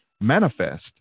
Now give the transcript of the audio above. manifest